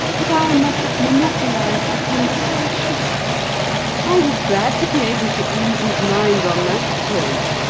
that i must have monopolised the conversation i was glad to be able to ease his mind on that point.